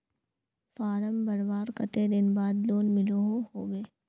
Form भरवार कते दिन बाद लोन मिलोहो होबे?